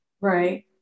right